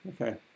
Okay